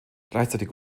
gleichzeitig